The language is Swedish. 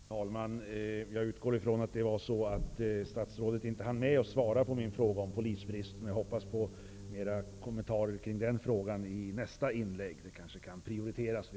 Fru talman! Jag utgår ifrån att det var på grund av att statsrådet inte hann med som statsrådet inte svarade på min fråga om polisbristen. Jag hoppas på kommentarer omkring den frågan i nästa inlägg -- den kanske då kan prioriteras.